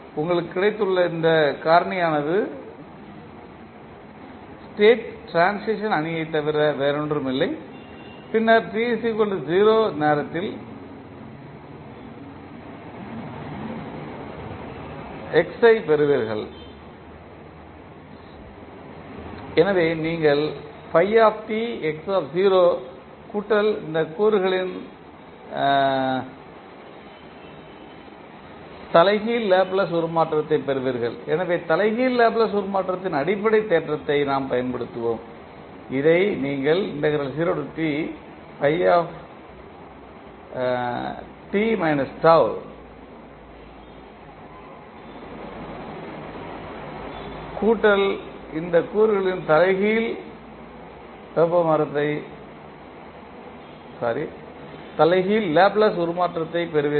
உங்களுக்கு கிடைத்துள்ள இந்த காரணி ஆனது ஸ்டேட் ட்ரான்சிஷன் அணியைத் தவிர வேறொன்றையும் இல்லை பின்னர் t 0 நேரத்தில் x ஐப் பெறுவீர்கள் எனவே நீங்கள் கூட்டல் இந்த கூறுகளின் தலைகீழ் லேப்ளேஸ் உருமாற்றத்தைப் பெறுவீர்கள்